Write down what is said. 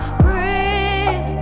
breathe